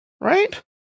right